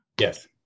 Yes